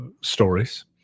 stories